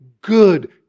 good